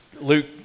Luke